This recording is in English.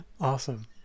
Awesome